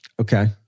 Okay